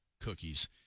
cookies